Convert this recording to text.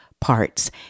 parts